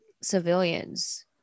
civilians